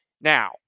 Now